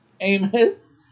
Amos